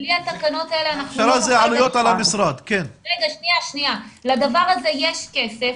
בלי התקנות האלה אנחנו לא נוכל --- לדבר הזה יש כסף,